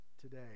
Today